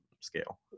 scale